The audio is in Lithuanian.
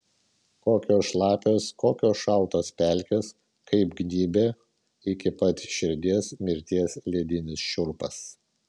kokios šlapios kokios šaltos pelkės kaip gnybia iki pat širdies mirties ledinis šiurpas